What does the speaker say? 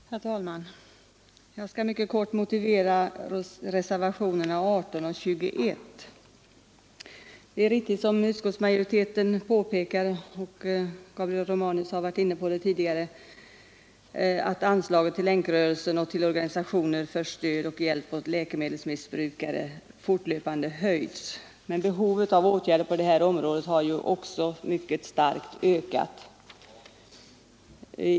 Herr talman! Jag skall mycket kort motivera reservationerna 18 och 21. Det är riktigt som utskottsmajoriteten påpekar — Gabriel Romanus har varit inne på det tidigare — att anslaget till Länkrörelsen och till organisationer för stöd och hjälp åt läkemedelsmissbrukare fortlöpande höjts. Men behovet av åtgärder på detta område har ju också mycket starkt ökat.